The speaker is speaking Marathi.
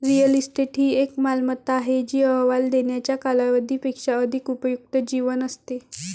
रिअल इस्टेट ही एक मालमत्ता आहे जी अहवाल देण्याच्या कालावधी पेक्षा अधिक उपयुक्त जीवन असते